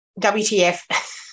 WTF